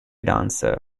dancer